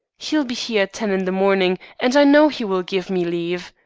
he'll be here at ten in the morning, and i know he will give me leave.